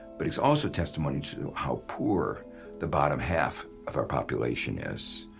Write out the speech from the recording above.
but it's also testimony to how poor the bottom half of our population is.